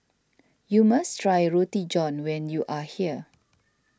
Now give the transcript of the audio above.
you must try Roti John when you are here